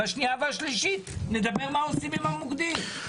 בשנייה והשלישית נדבר מה עושים עם המוקדים.